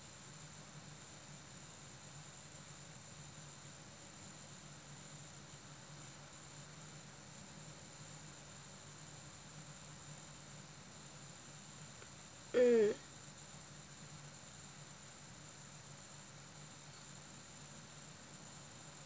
mm